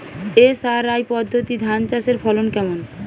SRI পদ্ধতি ধান চাষের ফলন কেমন?